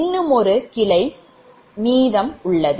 இன்னும் ஒரு கிளை உள்ளது